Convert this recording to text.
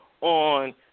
on